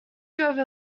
drove